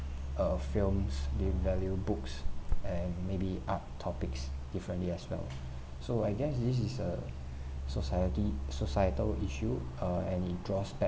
err films they value books and maybe art topics differently as well so I guess this is a society societal issue uh and it draws back